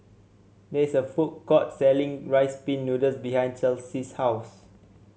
there is a food court selling Rice Pin Noodles behind Chelsi's house